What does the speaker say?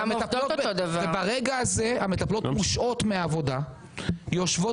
ברגע הזה המטפלות מושעות מהעבודה, יושבות